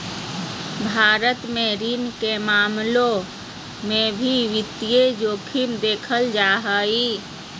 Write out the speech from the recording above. भारत मे ऋण के मामलों मे भी वित्तीय जोखिम देखल जा हय